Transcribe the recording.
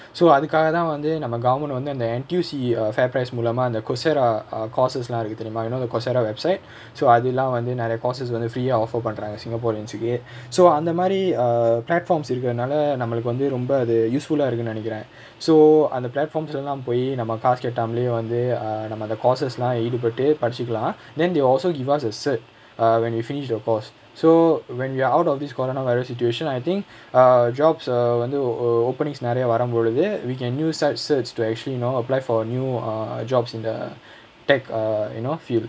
so அதுக்காகதா வந்து நம்ம:athukaakathaa vanthu namma government வந்து அந்த:vanthu antha N_T_U_C err FairPrice மூலமா அந்த:moolamaa antha coursera ah courses lah இருக்கு தெரியுமா:irukku theriyumaa you know the coursera website so அதுலா வந்து நெரய:athula vanthu neraya courses வந்து:vanthu free ah offer பண்ராங்க:panranga singaporeans கு:ku so அந்தமாரி:anthamari err platforms இருகுரதுனால நம்மளுக்கு வந்து ரொம்ப அது:irukurathunala nammaluku vanthu romba athu usefull ah இருக்குனு நினைக்குறேன்:irukunu nenaikura so அந்த:antha platforms lah போயி நம்ம காசு கட்டாமலே வந்து:poyi namma kaasu kattamale vanthu err நம்ம அந்த:namma antha courses lah ஈடுபட்டு படிசிகளா:eedupattu padichikala then they also give us a cert err when you finish the course so when you're out of this coronavirus situation I think err jobs err வந்து:vanthu oh oh openings நிறைய வரும்பொழுது:niraiya varumpoluthu we can use such certificates to actually you know apply for err new jobs in the technology err you know field